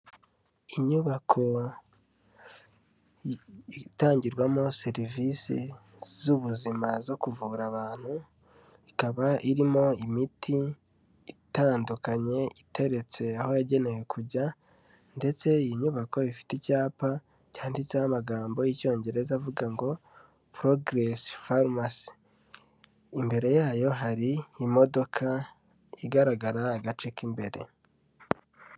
Inyubako itangirwamo serivisi z'ubuzima zo kuvura abantu, ikaba irimo imiti itandukanye iteretse aho yagenewe kujya ndetse iyi nyubako ifite icyapa cyanditseho amagambo y'Icyongereza avuga ngo progress pharmacy, imbere yayo hari imodoka igaragara agace k'imbere.